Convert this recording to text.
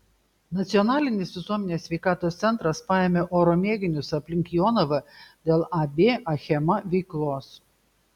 nacionalinis visuomenės sveikatos centras paėmė oro mėginius aplink jonavą dėl ab achema veiklos